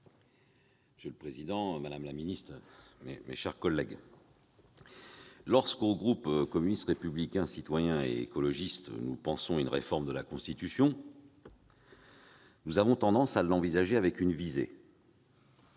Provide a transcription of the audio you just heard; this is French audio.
Monsieur le président, madame la garde des sceaux, mes chers collègues, lorsque, au groupe communiste républicain citoyen et écologiste, nous pensons à une réforme de la Constitution, nous avons tendance à l'envisager avec une visée